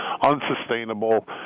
unsustainable